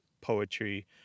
poetry